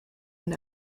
and